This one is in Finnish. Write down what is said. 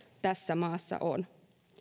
tässä maassa on